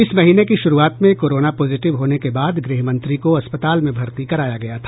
इस महीने की शुरूआत में कोरोना पॉजिटिव होने के बाद गृहमंत्री को अस्पताल में भर्ती कराया गया था